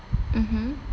mmhmm